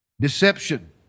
deception